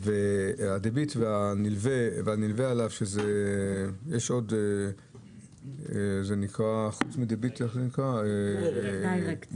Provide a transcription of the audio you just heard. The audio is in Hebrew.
והנלווה אליהם, כרטיסי הדיירקט.